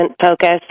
focused